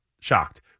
shocked